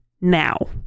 now